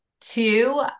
two